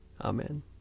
Amen